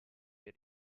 per